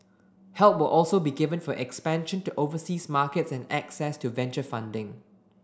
help will also be given for expansion to overseas markets and access to venture funding